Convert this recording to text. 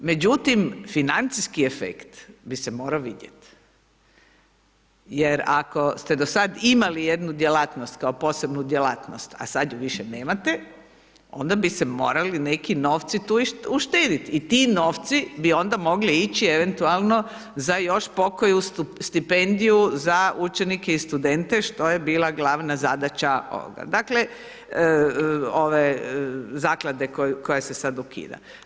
Međutim, financijski efekt bi se morao vidjeti jer ako ste do sad imali jednu djelatnost, kao posebnu djelatnost, a sad ju više nemate, onda bi se morali neki novci tu uštedit, i ti novci bi onda mogli ići eventualno za još pokoju stipendiju za učenike i studente što je bila glavna zadaća ovoga, dakle, ove zaklade koja se sad ukida.